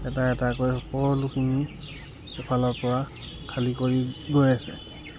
এটা এটাকৈ সকলোখিনি সেইফালৰ পৰা খালী কৰি গৈ আছে